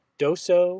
doso